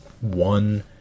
one